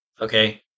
okay